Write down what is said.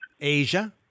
Asia